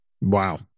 Wow